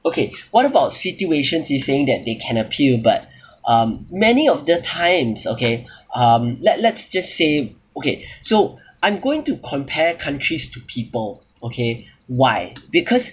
okay what about situations you were saying that they can appeal but um many of the times okay um let let's just say okay so I'm going to compare countries to people okay why because